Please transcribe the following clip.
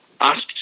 asked